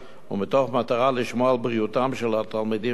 ומתוך מטרה לשמור על בריאותם של התלמידים והמורים.